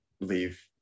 leave